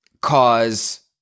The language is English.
cause